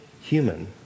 human